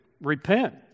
repent